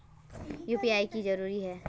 UPI की जरूरी है?